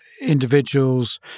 individuals